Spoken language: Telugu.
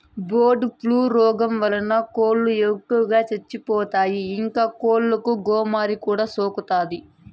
బర్డ్ ఫ్లూ రోగం వలన కోళ్ళు ఎక్కువగా చచ్చిపోతాయి, ఇంకా కోళ్ళకు గోమారి కూడా సోకుతాది